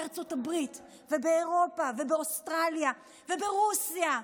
בארצות הברית ובאירופה ובאוסטרליה וברוסיה,